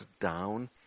down